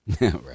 Right